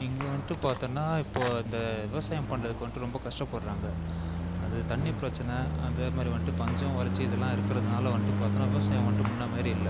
இங்கே வந்துட்டு பார்த்தோம்னா இப்போது இந்த விவசாயம் பண்ணுறதுக்கு வந்துட்டு ரொம்ப கஷ்டப்படுகிறாங்க அது தண்ணி பிரச்சின அதே மாதிரி வந்துட்டு பஞ்சம் வறட்சி இதெல்லாம் இருக்கிறதுனால வந்ட்டு பார்த்தோம்னா விவசாயம் வந்துட்டு முன்னே மாதிரி இல்லை